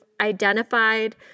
identified